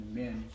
men